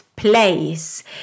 Place